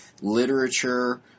literature